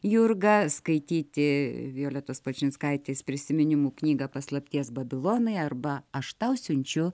jurga skaityti violetos palčinskaitės prisiminimų knygą paslapties babilonai arba aš tau siunčiu